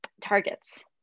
targets